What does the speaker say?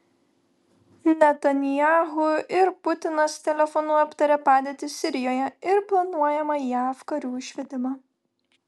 netanyahu ir putinas telefonu aptarė padėtį sirijoje ir planuojamą jav karių išvedimą